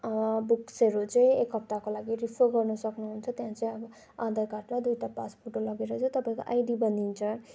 बुक्सहरू चाहिँ एक हप्ताको लागि रिफर गर्न सक्नु हुन्छ त्यहाँ चाहिँ अब आधार कार्ड र दुइवटा पास फोटो लगेर चाहिँ तपाईँको आइडी बनिन्छ